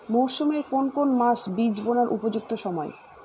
মরসুমের কোন কোন মাস বীজ বোনার উপযুক্ত সময়?